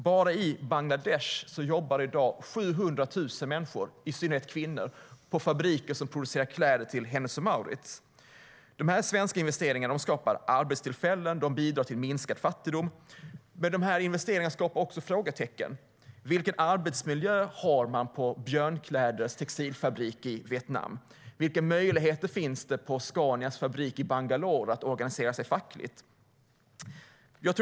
Bara i Bangladesh jobbar 700 000 människor, i synnerhet kvinnor, i fabriker som tillverkar kläder åt Hennes & Mauritz. Dessa svenska investeringar skapar arbetstillfällen och bidrar till minskad fattigdom, men de väcker också frågor. Vilken arbetsmiljö har de på Björnkläders textilfabrik i Vietnam? Vilka möjligheter finns det på Scanias fabrik i Bangalore att organisera sig fackligt?